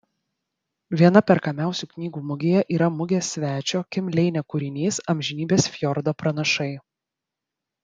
viena perkamiausių knygų mugėje yra mugės svečio kim leine kūrinys amžinybės fjordo pranašai